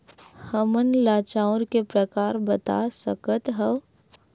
हमन ला चांउर के प्रकार बता सकत हव?